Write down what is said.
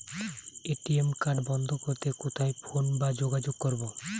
ATM card বন্ধ করতে কোথায় ফোন বা যোগাযোগ করব?